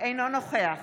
אינו נוכח